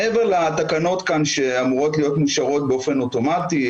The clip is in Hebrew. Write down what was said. מעבר לתקנות שאמורות להיות מאושרות באופן אוטומטי,